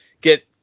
get